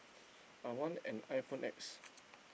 I want an iPhone-X